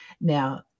Now